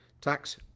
tax